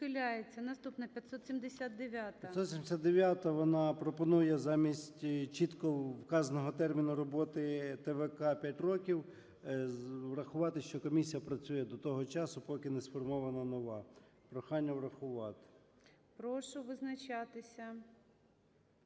О.М. 579-а, вона пропонує замість чітко вказаного терміну роботи ТВК 5 років врахувати, що комісія працює до того часу, поки не сформована нова. Прохання врахувати. ГОЛОВУЮЧИЙ. Прошу визначатися.